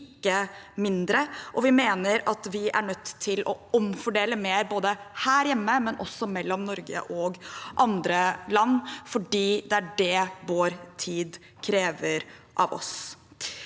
vi mener at vi er nødt til å omfordele mer både her hjemme og mellom Norge og andre land, fordi det er det vår tid krever av oss.